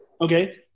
Okay